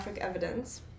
evidence